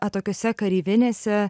atokiose kareivinėse